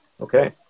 Okay